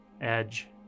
edge